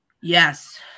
Yes